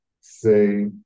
say